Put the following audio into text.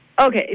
Okay